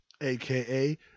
aka